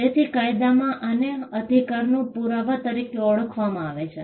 તેથી કાયદામાં આને અધિકારના પુરાવા તરીકે ઓળખવામાં આવે છે